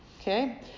okay